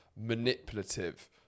manipulative